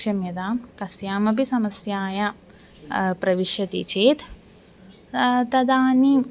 क्षम्यतां कस्यामपि समस्यायां प्रविशति चेत् तदानीं